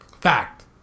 Fact